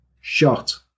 shot